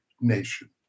nation